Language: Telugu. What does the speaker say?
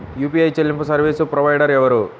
యూ.పీ.ఐ చెల్లింపు సర్వీసు ప్రొవైడర్ ఎవరు?